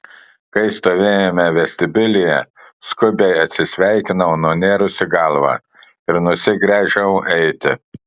kai stovėjome vestibiulyje skubiai atsisveikinau nunėrusi galvą ir nusigręžiau eiti